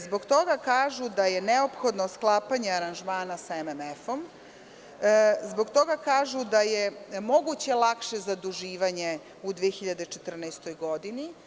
Zbog toga kaže da je neophodno sklapanje aranžmana sa MMF-om, zbog toga kažu da je moguće lakše zaduživanje u 2014. godini.